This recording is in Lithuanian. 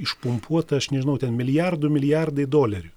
išpumpuota aš nežinau ten milijardų milijardai dolerių